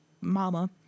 mama